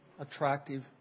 Attractive